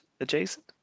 adjacent